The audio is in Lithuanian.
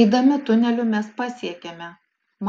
eidami tuneliu mes pasiekėme